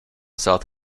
south